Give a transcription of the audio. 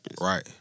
Right